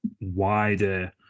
wider